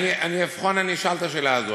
אני אבחן, אני אשאל את השאלה הזו.